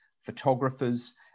photographers